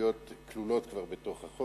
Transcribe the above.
שההסתייגויות כלולות כבר בתוך החוק,